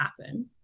happen